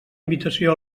invitació